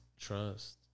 Trust